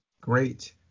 Great